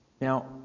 Now